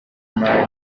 mani